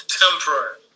temporary